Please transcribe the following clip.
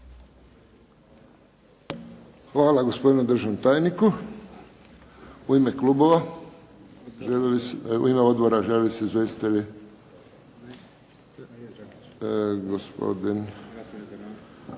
Hvala gospodinu državnom tajniku. U ime klubova? U ime odbora žele se izvjestitelji? Gospodin